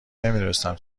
نمیدونستم